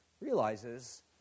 realizes